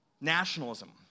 nationalism